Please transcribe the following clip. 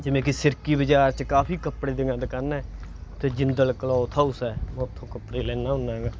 ਜਿਵੇਂ ਕਿ ਸਿਰਕੀ ਬਾਜ਼ਾਰ 'ਚ ਕਾਫੀ ਕੱਪੜੇ ਦੀਆਂ ਦੁਕਾਨਾਂ ਹੈ ਅਤੇ ਜਿੰਦਲ ਕਲੋਥ ਹਾਊਸ ਹੈ ਮੈਂ ਉੱਥੋਂ ਕੱਪੜੇ ਲੈਂਦਾ ਹੁੰਦਾ ਹੈਗਾ